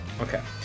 Okay